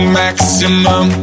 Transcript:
maximum